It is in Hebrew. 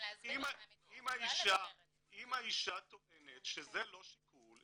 אם האישה טוענת שזה לא שיקול,